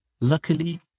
Luckily